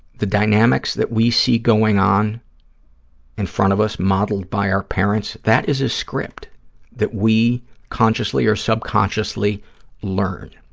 the dynamics that we see going on in front of us, modeled by our parents, that is a script that we consciously or subconsciously learn.